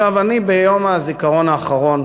ביום הזיכרון האחרון,